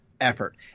effort